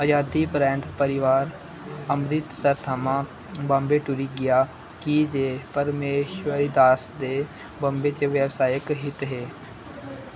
अजादी परैंत्त परोआर अमृतसर थमां बॉम्बे टुरी गेआ की जे परमेश्वरीदास दे बॉम्बे च व्यावसायक हित हे